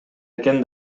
экен